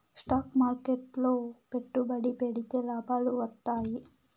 stock మార్కెట్లు లో పెట్టుబడి పెడితే లాభాలు వత్తాయి